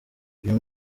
uyu